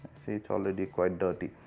see it's already quite dirty.